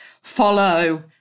follow